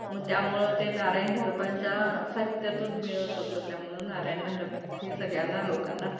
मग त्यामुळे ते नारायण धारपांच्या साहित्यातून मिळत होतं त्यामुळे नारायण धारप हे सगळ्यांना लोकांना